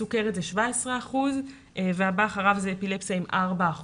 סוכרת זה 17% והבא אחריו זה אפילפסיה עם 4%,